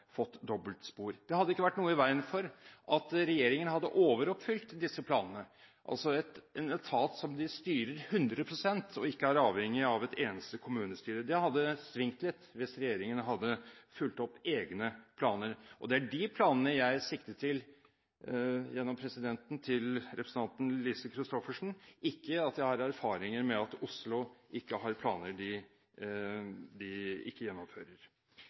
fått dobbeltspor. Det hadde ikke vært noe i veien for at regjeringen hadde overoppfylt disse planene. Dette er en etat som de styrer 100 pst., og de er ikke avhengig av et eneste kommunestyre. Det hadde svingt litt hvis regjeringen hadde fulgt opp egne planer, og det er de planene jeg sikter til, representant Lise Christoffersen, ikke at jeg har erfaringer med at Oslo ikke har planer de ikke gjennomfører.